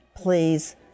Please